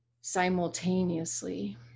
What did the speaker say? simultaneously